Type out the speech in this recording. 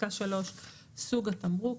סוג התמרוק.